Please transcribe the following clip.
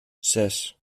zes